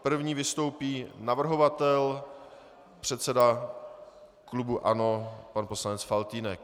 První vystoupí navrhovatel, předseda klubu ANO pan poslanec Faltýnek.